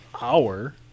hour